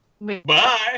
Bye